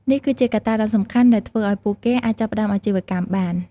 នេះគឺជាកត្តាដ៏សំខាន់ដែលធ្វើឱ្យពួកគេអាចចាប់ផ្តើមអាជីវកម្មបាន។